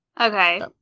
Okay